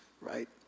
right